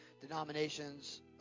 denominations